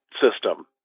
system